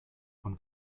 von